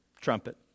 trumpet